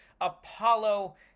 Apollo